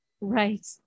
Right